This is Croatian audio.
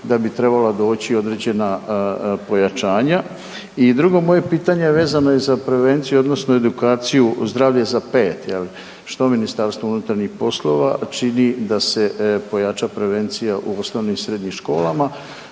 da bi trebala doći određena pojačanja. I drugo moje pitanje vezano je za prevenciju odnosno edukaciju Zdravlje za 5, je li? Što Ministarstvo unutarnjih poslova čini da se pojača prevencija u osnovnim i srednjim školama